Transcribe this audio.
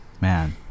man